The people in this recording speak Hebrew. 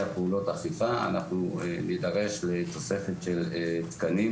פעולות אכיפה אנחנו נידרש לתוספת של תקנים